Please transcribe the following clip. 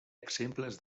exemples